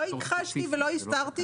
מה זאת אומרת "אפשרות לזהות"?